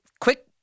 Quick